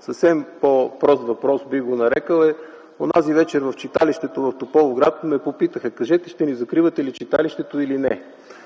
съвсем по-прост въпрос, така бих го нарекъл - онази вечер в читалището в Тополовград ме попитаха: „Кажете, ще ни закривате ли читалището, или не?